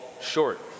short